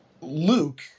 Luke